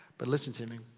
but listen to me.